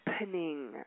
opening